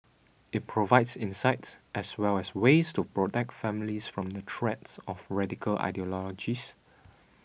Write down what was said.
it provides insights as well as ways to protect families from the threats of radical ideologies